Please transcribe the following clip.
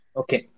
okay